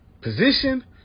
position